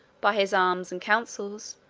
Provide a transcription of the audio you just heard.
by his arms and counsels,